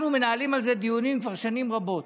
אנחנו מנהלים על זה דיונים כבר שנים רבות.